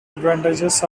advantages